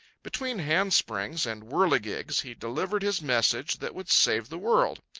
between handsprings and whirligigs he delivered his message that would save the world.